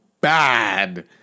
bad